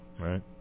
Right